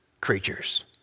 creatures